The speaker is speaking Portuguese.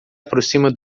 aproxima